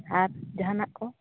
ᱟᱨ ᱡᱟᱦᱟᱱᱟᱜ ᱠᱚ